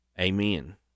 Amen